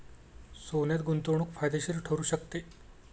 सोन्यात गुंतवणूक फायदेशीर ठरू शकते